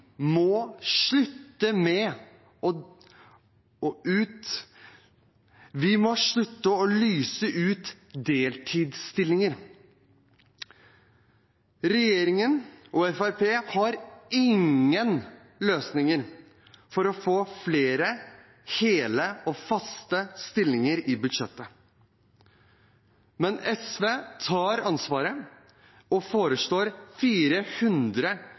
må slutte å lyse ut deltidsstillinger. Regjeringen og Fremskrittspartiet har ingen løsninger i budsjettet for å få flere hele og faste stillinger, men SV tar ansvar og foreslår 400